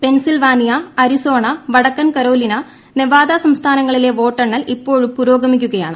Pennsylvania Arizona വടക്കൻ Carolina Nevada സംസ്ഥാനങ്ങളിലെ വോട്ടെണ്ണൽ ഇപ്പോഴും പുരോഗമിക്കുകയാണ്